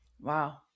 Wow